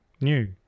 new